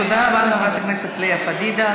תודה רבה לחברת הכנסת לאה פדידה.